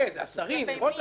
השרים וראש הממשלה.